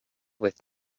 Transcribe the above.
with